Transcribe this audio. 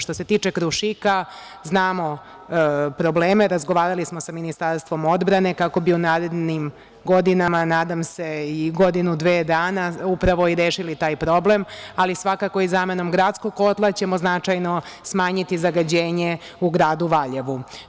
Što se tiče "Krušika", znamo probleme, razgovarali smo sa Ministarstvom odbrane kako bi u narednim godinama, a nadam se i godinu-dve dana upravo i rešili taj problem, ali svakako i zamenom gradskog kotla ćemo značajno smanjiti zagađenje u gradu Valjevu.